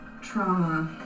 Trauma